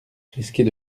risquer